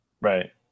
Right